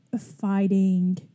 fighting